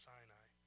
Sinai